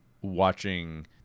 watching